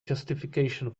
justification